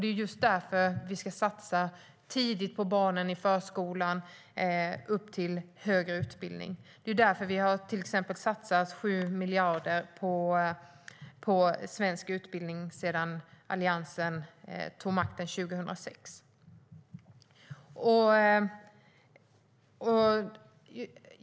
Det är just därför som vi ska satsa tidigt på barnen - i förskolan och upp till högre utbildning. Det är därför som vi till exempel har satsat 7 miljarder på svensk utbildning sedan Alliansen tog makten 2006.